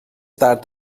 tard